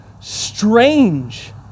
strange